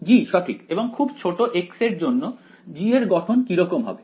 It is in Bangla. g সঠিক এবং খুব ছোট x এর জন্য g এর গঠন কিরকম হবে